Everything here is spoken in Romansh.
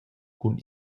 cun